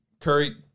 Curry